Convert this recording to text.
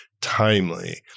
timely